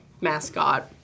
mascot